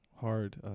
Hard